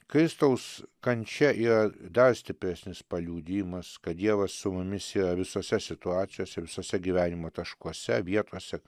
kristaus kančia ir dar stipresnis paliudijimas kad dievas su mumis yra visose situacijose visuose gyvenimo taškuose vietose